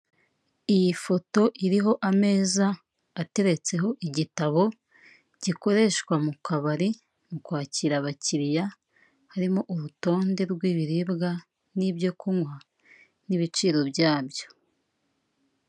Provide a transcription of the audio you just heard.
Iyi foto iriho ameza ateretseho igitabo gikoreshwa mu kabari mu kwakira abakiriya harimo urutonde rw'ibiribwa n'ibyo kunywa n'ibiciro byabyo.